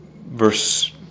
verse